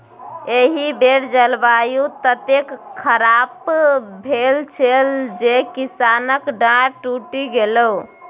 एहि बेर जलवायु ततेक खराप भेल छल जे किसानक डांर टुटि गेलै